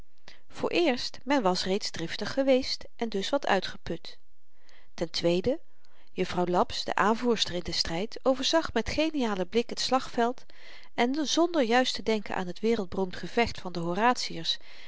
vooreerst men was reeds driftig geweest en dus wat uitgeput ten tweede juffrouw laps de aanvoerster in den stryd overzag met genialen blik het slagveld en zonder juist te denken aan t wereldberoemd gevecht van de